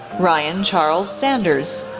ryan charles sanders,